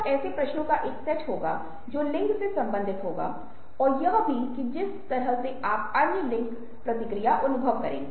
आयु और सहानुभूति यह पता चला है कि जब तक हम 2 साल के होते हैं तब तक हम अन्य लोगों के दर्द के बारे में सहानुभूति रखने लगते हैं